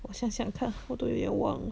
我想想看我都有一点忘了